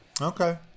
Okay